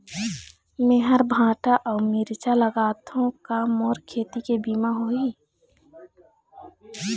मेहर भांटा अऊ मिरचा लगाथो का मोर खेती के बीमा होही?